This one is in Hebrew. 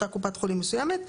אותה קופת חולים מסוימת,